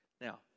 Now